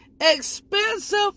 expensive